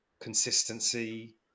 consistency